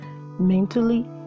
mentally